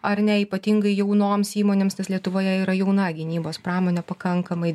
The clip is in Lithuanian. ar ne ypatingai jaunoms įmonėms nes lietuvoje yra jauna gynybos pramonė pakankamai